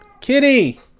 kitty